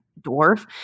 dwarf